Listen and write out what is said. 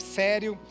sério